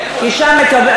אבל שם יש חשמל.